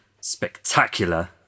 spectacular